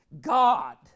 God